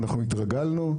אנחנו התרגלנו.